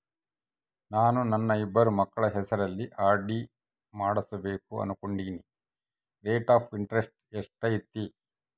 ನಾನು ನನ್ನ ಇಬ್ಬರು ಮಕ್ಕಳ ಹೆಸರಲ್ಲಿ ಆರ್.ಡಿ ಮಾಡಿಸಬೇಕು ಅನುಕೊಂಡಿನಿ ರೇಟ್ ಆಫ್ ಇಂಟರೆಸ್ಟ್ ಎಷ್ಟೈತಿ?